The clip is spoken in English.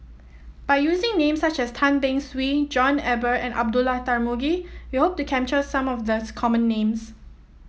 by using names such as Tan Beng Swee John Eber and Abdullah Tarmugi we hope to capture some of the common names